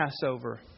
Passover